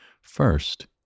First